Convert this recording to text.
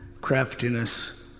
craftiness